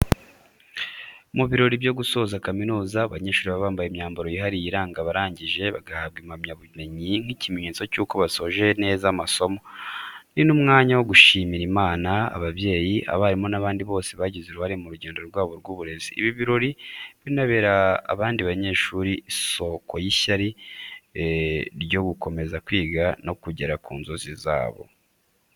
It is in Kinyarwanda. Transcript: Mu birori byo gusoza kaminuza, abanyeshuri baba bambaye imyambaro yihariye iranga abarangije, bagahabwa impamyabumenyi nk’ikimenyetso cy’uko basoje neza amasomo. Ni n’umwanya wo gushimira Imana, ababyeyi, abarimu n’abandi bose bagize uruhare mu rugendo rwabo rw’uburezi. Ibi birori binabera abandi banyeshuri isoko y’ishyaka ryo gukomeza kwiga no kugera ku nzozi zabo.